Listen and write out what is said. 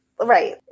Right